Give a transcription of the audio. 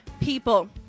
people